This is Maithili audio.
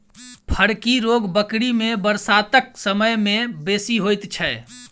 फड़की रोग बकरी मे बरसातक समय मे बेसी होइत छै